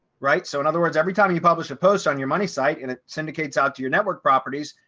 right. so in other words, every time you publish a post on your money site, and it syndicates out to your network properties,